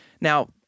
Now